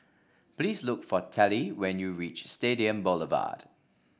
please look for Tallie when you reach Stadium Boulevard